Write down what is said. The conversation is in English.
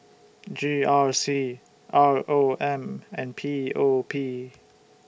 G R C R O M and P O P